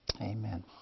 Amen